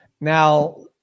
Now